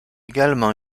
également